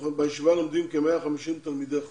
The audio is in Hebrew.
בישיבה לומדים כ-150 תלמידי חו"ל.